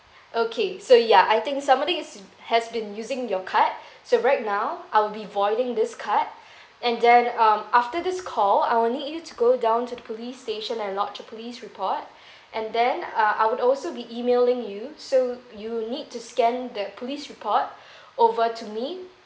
okay so ya I think somebody is has been using your card so right now I'll be voiding this card and then um after this call I will need you to go down to the police station and lodge a police report and then uh I would also be emailing you so you need to scan the police report over to me